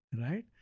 right